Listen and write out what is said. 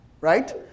right